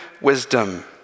wisdom